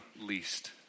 least